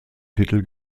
titel